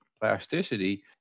plasticity